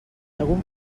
algun